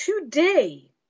Today